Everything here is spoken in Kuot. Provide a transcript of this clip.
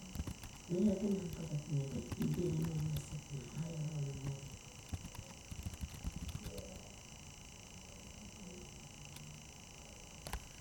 Mirie ganam pageap leba ibirmeng imaset na alang ula muru.